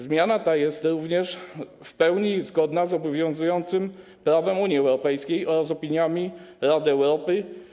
Zmiana ta jest również w pełni zgodna z obowiązującym prawem Unii Europejskiej oraz opiniami Rady Europy.